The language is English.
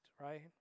right